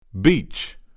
Beach